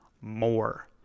more